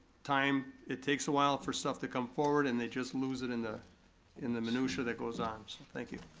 time, it takes a while for stuff to come forward and they just lose it in the in the minutiae that goes on. so thank you.